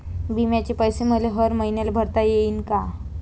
बिम्याचे पैसे मले हर मईन्याले भरता येईन का?